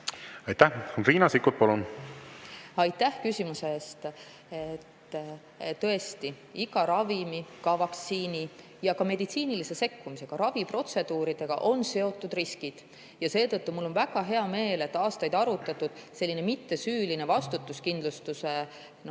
Aitäh! Riina Sikkut, palun! Aitäh küsimuse eest! Tõesti, iga ravimi, ka vaktsiini ja ka meditsiinilise sekkumistega, raviprotseduuridega on seotud riskid. Seetõttu on mul väga hea meel, et aastaid arutatud selline mittesüüline vastutuskindlustuse